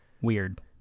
weird